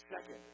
Second